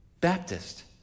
Baptist